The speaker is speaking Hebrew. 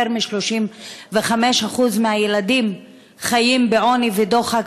יותר מ-35% מהילדים חיים בעוני ודוחק,